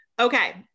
Okay